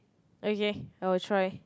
okay I will try